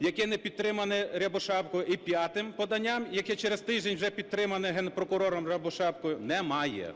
яке не підтримане Рябошапкою, і п'ятим поданням, яке через тиждень вже підтримане Генпрокурором Рябошапкою, немає.